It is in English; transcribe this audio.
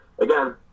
again